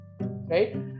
right